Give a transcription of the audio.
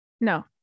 no